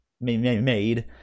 made